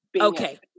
Okay